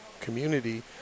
community